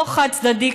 לא חד-צדדי,